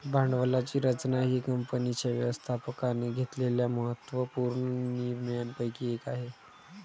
भांडवलाची रचना ही कंपनीच्या व्यवस्थापकाने घेतलेल्या महत्त्व पूर्ण निर्णयांपैकी एक आहे